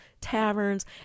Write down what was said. taverns